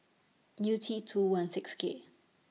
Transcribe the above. U T two one six K